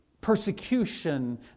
persecution